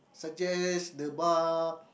suggest the bar